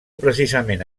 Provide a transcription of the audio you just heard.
precisament